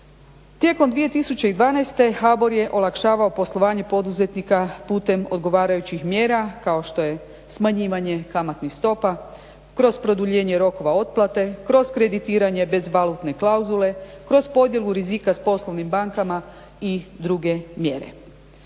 Tijekom 2012. HBOR je olakšavao poslovanje poduzetnika putem odgovarajućih mjera kao što je smanjivanje kamatnih stopa kroz produljenje rokova otplate, kroz kreditiranje bez valutne klauzule, kroz podjelu rizika s poslovnim bankama i druge mjere.